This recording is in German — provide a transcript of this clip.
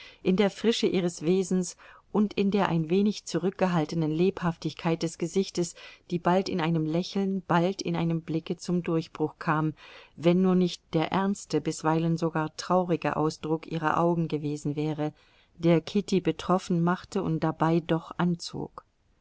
in der frische ihres wesens und in der ein wenig zurückgehaltenen lebhaftigkeit des gesichtes die bald in einem lächeln bald in einem blicke zum durchbruch kam wenn nur nicht der ernste bisweilen sogar traurige ausdruck ihrer augen gewesen wäre der kitty betroffen machte und dabei doch anzog